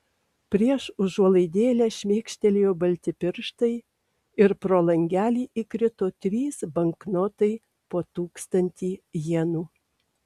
prieš užuolaidėlę šmėkštelėjo balti pirštai ir pro langelį įkrito trys banknotai po tūkstantį jenų